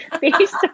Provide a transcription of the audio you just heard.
based